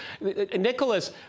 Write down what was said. Nicholas